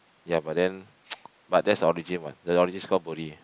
ya but then but that's the origin one the origin's called Buri